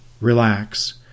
relax